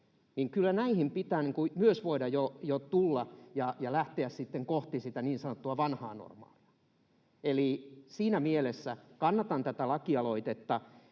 näe. Kyllä näihin pitää myös voida jo tulla ja lähteä sitten kohti sitä niin sanottua vanhaa normaalia. Eli siinä mielessä kannatan tätä lakialoitetta